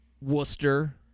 Worcester